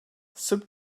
sırp